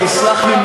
תסלח לי,